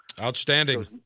Outstanding